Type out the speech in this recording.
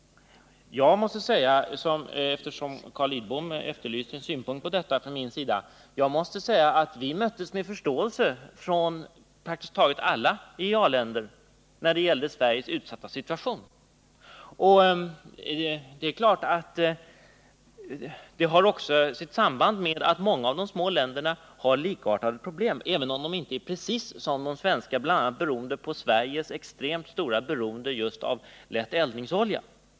Eftersom Carl Lidbom efterlyste synpunkter på detta från min sida, måste jag säga att vi möttes av förståelse från praktiskt taget alla IEA-länder beträffande Sveriges utsatta situation. Det är klart att det också hänger samman med att många av de små länderna har likartade problem, även om problemen inte är precis som de svenska, beroende på Sveriges extremt stora beroende av just lätt eldningsolja.